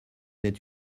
êtes